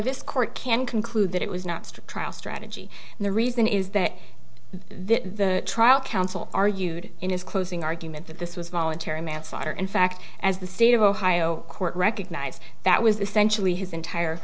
this court can conclude that it was not strict trial strategy and the reason is that this trial counsel argued in his closing argument that this was voluntary manslaughter in fact as the state of ohio court recognized that was essentially his entire